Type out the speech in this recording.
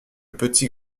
petit